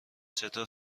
چطوره